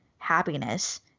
happiness